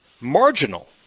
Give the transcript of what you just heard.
marginal